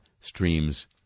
streams